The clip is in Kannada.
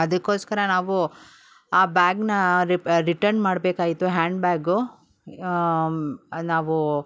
ಅದಕ್ಕೋಸ್ಕರಾ ನಾವು ಆ ಬ್ಯಾಗ್ನಾ ರಿಟರ್ನ್ ಮಾಡಬೇಕಾಯ್ತು ಹ್ಯಾಂಡ್ ಬ್ಯಾಗು ನಾವು